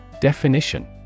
Definition